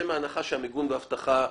מתוך הנחה שהמיגון והאבטחה בפיקוח,